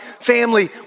family